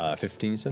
ah fifteen, and